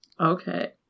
Okay